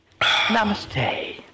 Namaste